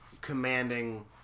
commanding